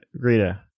Greta